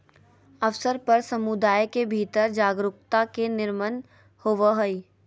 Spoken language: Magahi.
अवसर पर समुदाय के भीतर जागरूकता के निर्माण होबय हइ